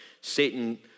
Satan